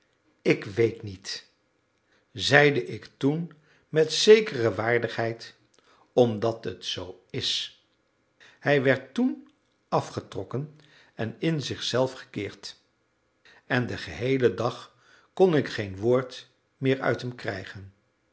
ik weet niet zeide ik toen met zekere waardigheid omdat het zoo is hij werd toen afgetrokken en in zichzelf gekeerd en den geheelen dag kon ik geen woord meer uit hem krijgen